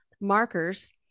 markers